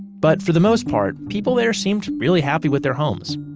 but for the most part, people there seemed really happy with their homes,